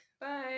Bye